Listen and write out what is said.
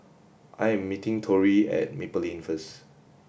I am meeting Tori at Maple Lane first